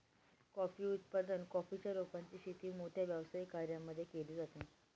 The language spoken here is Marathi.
कॉफी उत्पादन, कॉफी च्या रोपांची शेती मोठ्या व्यावसायिक कर्यांमध्ये केली जाते